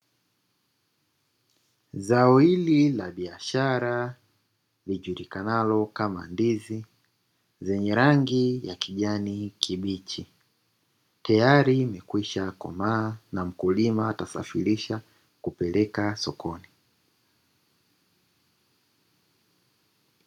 Zao hili la biashara lijulikanalo kama ndizi zenye rangi ya kijani kibichi, tayari limekwisha komaa na mkulima atasafirisha kupeleka sokoni.